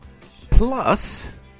plus